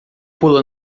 pula